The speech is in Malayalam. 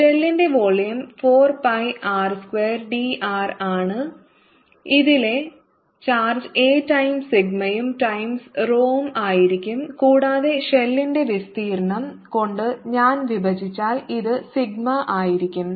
ഷെല്ലിന്റെ volume 4 pi r square d r ആണ് ഇതിലെ ചാർജ് a ടൈംസ് സിഗ്മയും ടൈംസ് rho ഉം ആയിരിക്കും കൂടാതെ ഷെല്ലിന്റെ വിസ്തീർണ്ണം കൊണ്ട് ഞാൻ വിഭജിച്ചാൽ ഇത് സിഗ്മയായിരിക്കും